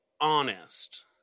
honest